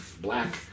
black